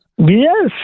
Yes